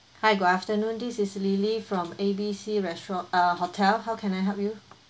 hi good afternoon this lily from A B C restaurant uh hotel how can I help you